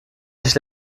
sich